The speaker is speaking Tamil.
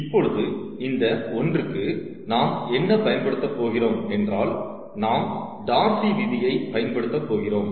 இப்பொழுது இந்த ஒன்றுக்கு நாம் என்ன பயன்படுத்தப் போகிறோம் என்றால் நாம் டார்சி விதியை Darcy's Law பயன்படுத்தப் போகிறோம்